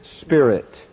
spirit